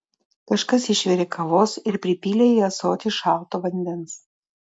kažkas išvirė kavos ir pripylė į ąsotį šalto vandens